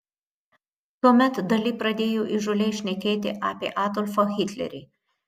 tuomet dali pradėjo įžūliai šnekėti apie adolfą hitlerį